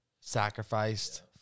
sacrificed